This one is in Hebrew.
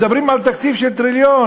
מדברים על תקציב של טריליון.